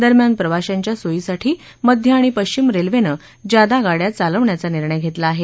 दरम्यान प्रवाशांच्या सोयीसाठी मध्य आणि पश्चिम रेल्वेनं जादा गाड्या चालवण्याचा निर्णय घेतला आहे